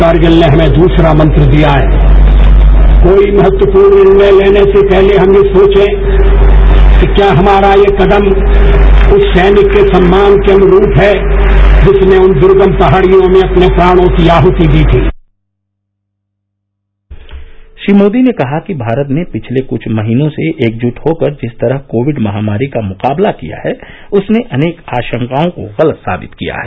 कार्णित ने हमें दूसरा मंत्र दिया है कोई महत्वपूर्ण निर्णय तेने से पहले हम ये सोचे कि क्या हमारा ये कदम उस सैनिक के सम्मान के अनुरूप है जिसने उन दुर्गम पहाड़ियों में अपने प्राणों की आहाति दी थी श्री मोदी ने कहा कि भारत ने पिछले कुछ महीनों से एकजुट होकर जिस तरह कोविड महामारी का मुकाबला किया है उसने अनेक आशंकाओं को गलत साबित किया है